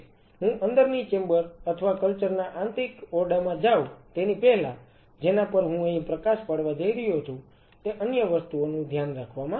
હું અંદરની ચેમ્બર અથવા કલ્ચર ના આંતરિક ઓરડામાં જાઉં તેની પહેલા જેના પર હું અહી પ્રકાશ પાડવા જઈ રહ્યો છું તે અન્ય વસ્તુઓનું ધ્યાન રાખવામાં આવશે